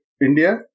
India